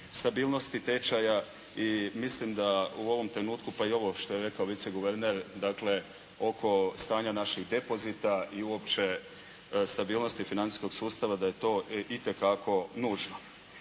stabilnosti tečaja i mislim da u ovom trenutku pa i ovo što je rekao viceguverner, dakle oko stanja naših depozita i uopće stabilnosti financijskog sustava da je to itekako nužno.